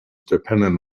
dependent